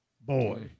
boy